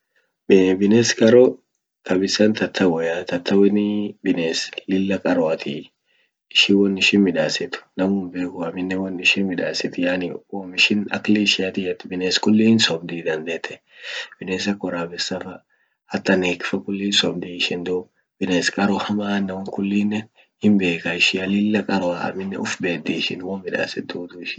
bines qaro kabisan Tataweaa, Tatawenii bines lilla qaroati ishin won ishin midasit namu hinbekuu amine won ishin midasit yani wom ishin akli ishiatin yet bines kulli hinsobdii dandete bines ak worabesa fa hata Neq fa kulli hinsobdii ishin dub bines qaro hamaa inaman kullinen hinbekaa ishia lilla qaroa amine ufbedii ishin won midasit dudu ishia.